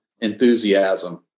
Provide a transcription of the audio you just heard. enthusiasm